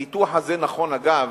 הניתוח הזה נכון, אגב,